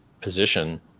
position